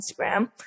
instagram